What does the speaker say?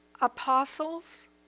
apostles